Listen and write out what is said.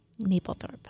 Maplethorpe